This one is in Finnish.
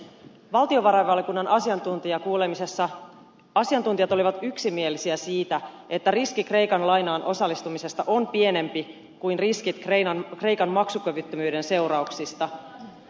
valtiovarainvaliokunnan asiantuntijakuulemisessa asiantuntijat olivat yksimielisiä siitä että riski kreikan lainaan osallistumisesta on pienempi kuin riskit kreikan maksukyvyttömyyden seurauksista